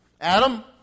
Adam